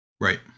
Right